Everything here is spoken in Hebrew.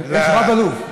יש רב-אלוף.